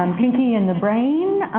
um pinky and the brain,